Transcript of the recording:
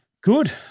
Good